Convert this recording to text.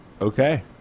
Okay